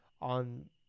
on –